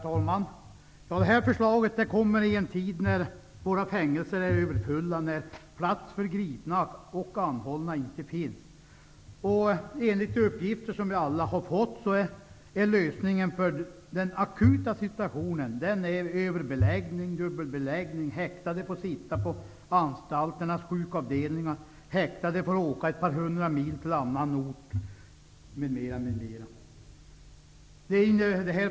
Herr talman! Det framlagda förslaget kommer i en tid när våra fängelser är överfulla och när plats för gripna och anhållna inte finns. Enligt uppgifter som vi alla har fått är lösningen av den akuta situationen överbeläggning och dubbelbeläggning. Häktade får sitta på anstalternas sjukavdelningar, de kan få åka ett par hundra mil till annan ort, m.m.